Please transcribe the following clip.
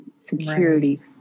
security